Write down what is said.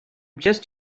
just